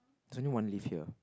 there's only one lift here